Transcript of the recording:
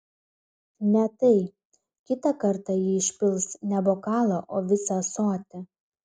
ne tai kitą kartą ji išpils ne bokalą o visą ąsotį